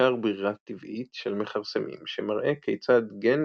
מחקר ברירה טבעית של מכרסמים שמראה כיצד גן